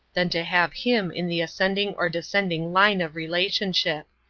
than to have him in the ascending or descending line of relationship.